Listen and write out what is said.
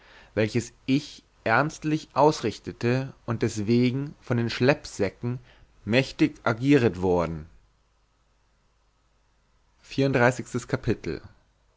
welches ich ernstlich ausrichtete und deswegen von den schleppsäcken mächtig agieret worden